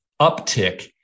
uptick